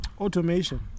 Automation